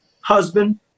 husband